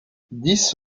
dix